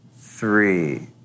three